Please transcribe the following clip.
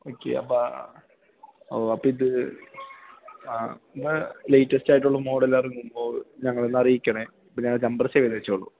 okay അബ്ബാ ഓ അപ്പം ഇത് ആ ഒന്ന് ലേയ്റ്റസ്റ്റായിട്ടുള്ള മോഡലെറങ്ങുമ്പോൾ ഞങ്ങളെ ഒന്നറിയിക്കണേ അപ്പം ഞങ്ങളുടെ നമ്പറ് സേവ് ചെയ്ത് വെച്ചോളൂ